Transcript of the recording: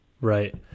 Right